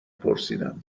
پرسیدم